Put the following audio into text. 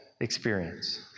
experience